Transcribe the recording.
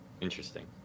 Interesting